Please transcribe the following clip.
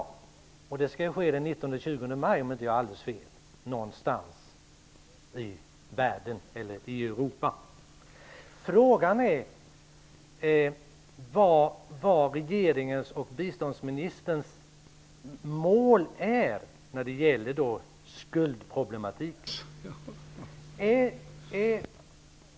Det kommer såvitt jag vet att ske den 19--20 maj någonstans i Frågan är vad regeringens och biståndsministerns mål är när det gäller skuldproblematiken.